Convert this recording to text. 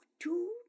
two